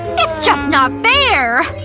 it's just not fair!